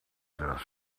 this